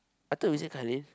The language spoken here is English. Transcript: I thought we say Khalif